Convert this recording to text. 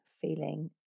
feeling